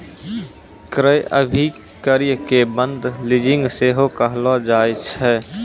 क्रय अभिक्रय के बंद लीजिंग सेहो कहलो जाय छै